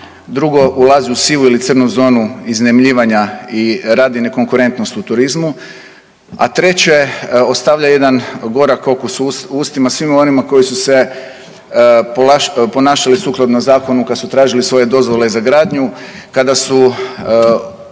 drugo ulazi u sivu ili crnu zonu iznajmljivanja i radi ne konkurentnost u turizmu, a treće ostavlja jedan gorak okus u ustima svima onima koji su se ponašali sukladno zakonu kad su tražili svoje dozvole za gradnju, kada su